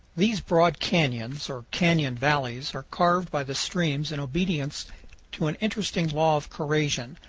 these broad canyons, or canyon valleys, are carved by the streams in obedience to an interesting law of corrasion.